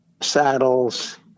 saddles